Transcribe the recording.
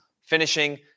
finishing